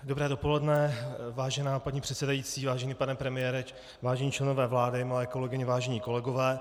Dobré dopoledne, vážená paní předsedající, vážený pane premiére, vážení členové vlády, milé kolegyně, vážení kolegové.